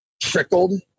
trickled